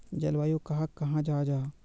जलवायु कहाक कहाँ जाहा जाहा?